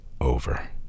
over